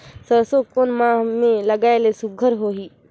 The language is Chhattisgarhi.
सरसो कोन माह मे लगाय ले सुघ्घर होही?